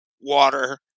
water